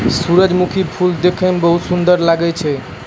सुरजमुखी फूल देखै मे भी सुन्दर लागै छै